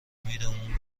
امیدمون